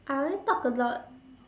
I only talk a lot